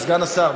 סגן השר,